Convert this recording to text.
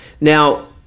Now